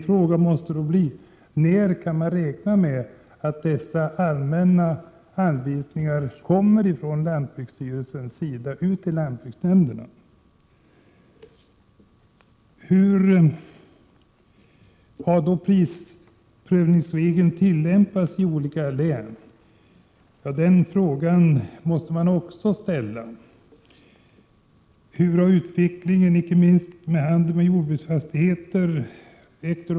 Jag måste då fråga: När kan man räkna med att dessa allmänna anvisningar från lantbruksstyrelsen kommer ut till lantbruksnämnderna? Hur har prisprövningsregeln tillämpats i olika län? Den frågan måste man också ställa. Hur har utvecklingen varit när det gäller handeln med jordbruksfastigheter?